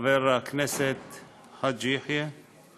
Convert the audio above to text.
חבר הכנסת חאג' יחיא,